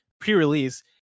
pre-release